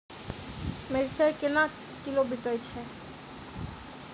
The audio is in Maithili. मिर्चा केना किलो बिकइ छैय?